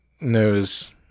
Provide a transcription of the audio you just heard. knows –